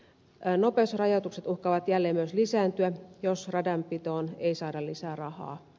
nopeusrajoitukset uhkaavat jälleen myös lisääntyä jos radanpitoon ei saada lisää rahaa